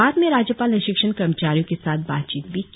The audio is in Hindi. बाद में राज्यपाल ने शिक्षण कर्मचारियों के साथ बातचीत भी की